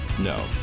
No